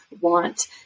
want